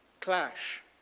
clash